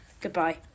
Goodbye